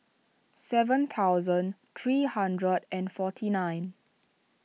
seven thousand three hundred and forty nine